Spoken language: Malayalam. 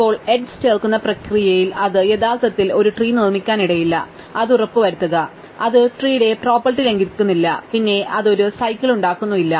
ഇപ്പോൾ എഡ്ജ് ചേർക്കുന്ന പ്രക്രിയയിൽ അത് യഥാർത്ഥത്തിൽ ഒരു ട്രീ നിർമ്മിക്കാനിടയില്ല അത് ഉറപ്പുവരുത്തുക അത് ട്രീടെ പ്രോപ്പർട്ടി ലംഘിക്കുന്നില്ല പിന്നെ അത് ഒരു സൈക്കിൾ ഉണ്ടാക്കുന്നില്ല